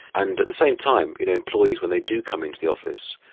and at the same time, employees, when they do come into the office,